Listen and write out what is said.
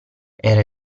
era